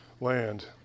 land